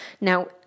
now